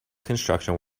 construction